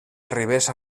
arribés